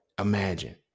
imagine